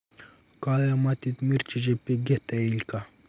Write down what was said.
काळ्या मातीत मिरचीचे पीक घेता येईल का?